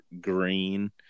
green